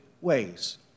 ways